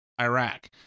Iraq